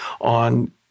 On